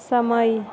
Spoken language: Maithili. समय